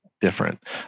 different